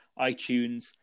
iTunes